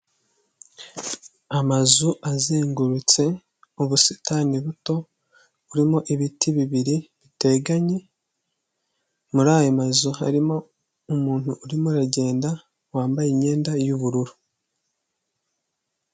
Amazu azengurutse ubusitani buto, burimo ibiti bibiri biteganye. Muri ayo mazu harimo umuntu urimo aragenda, wambaye imyenda y'ubururu.